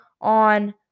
on